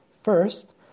First